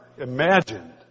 imagined